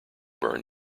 burned